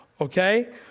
Okay